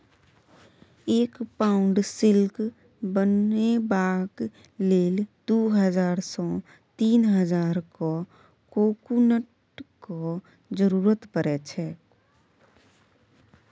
एक pound silk बनेबाक लेल दु हजार सँ तीन हजारक कोकुनक जरुरत परै छै